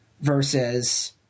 versus